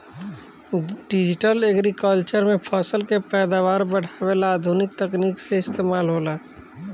digital agriculture में फसल के पैदावार बढ़ावे ला आधुनिक तकनीक के इस्तमाल होला